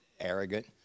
arrogant